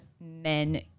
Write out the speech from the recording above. men